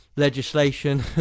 legislation